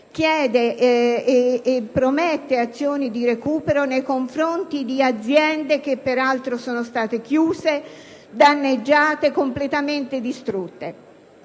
chiede e promette azioni di recupero nei confronti di aziende che peraltro sono state chiuse, danneggiate o completamente distrutte.